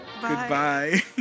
Goodbye